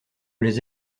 les